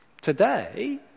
Today